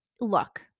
Look